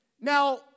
now